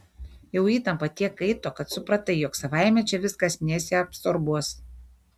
jau įtampa tiek kaito kad supratai jog savaime čia viskas nesiabsorbuos